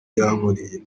yankoreye